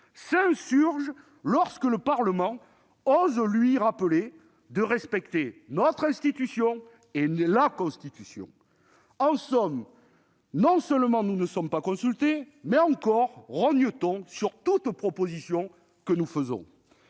s'insurge lorsque celui-ci ose lui rappeler de respecter notre institution et la Constitution. En somme, non seulement nous ne sommes pas consultés, mais en plus rogne-t-on sur toute proposition que nous faisons.